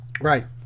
Right